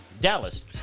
Dallas